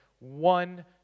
one